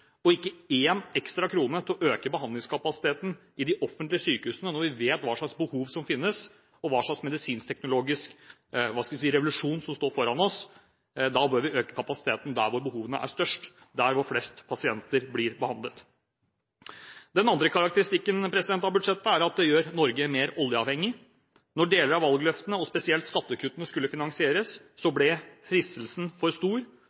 og ikke én ekstra krone til å øke behandlingskapasiteten i de offentlige sykehusene når vi vet hva slags behov som finnes, og hva slags medisinsk-teknologisk revolusjon som står foran oss. Da bør vi øke kapasiteten der hvor behovene er størst, der hvor flest pasienter blir behandlet. Den andre karakteristikken av budsjettet er at det gjør Norge mer oljeavhengig. Da deler av valgløftene og spesielt skattekuttene skulle finansieres, ble fristelsen for stor.